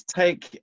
take